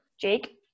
Jake